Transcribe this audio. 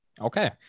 Okay